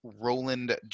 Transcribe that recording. Roland